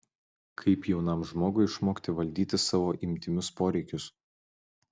kaip jaunam žmogui išmokti valdyti savo intymius poreikius